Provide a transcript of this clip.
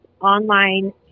online